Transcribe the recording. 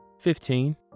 Fifteen